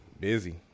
Busy